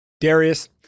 Darius